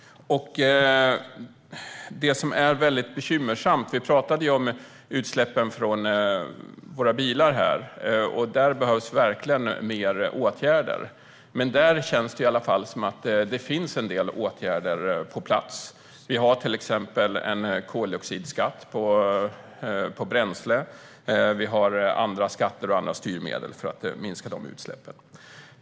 Det är väldigt bekymmersamt. Vi talade om utsläppen från våra bilar, och där behövs verkligen mer åtgärder. Men där känns det i varje fall som att det finns en del åtgärder på plats. Vi har till exempel en koldioxidskatt på bränsle, andra skatter och andra styrmedel för att minska de utsläppen.